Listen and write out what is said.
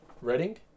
Reading